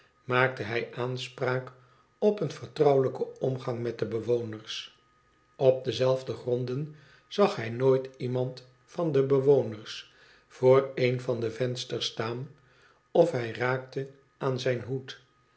maakte hij aanspraak op een vertrouwelijken omgang met de bewoners op dezelfde gronden zag hij nooit iemand van de bewoners voor een van de vensters staan of hij raakte aan zijn hoed